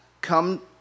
come